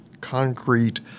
concrete